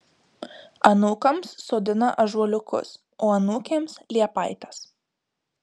anūkams sodina ąžuoliukus o anūkėms liepaites